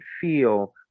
feel